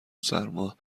سرما